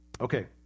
Okay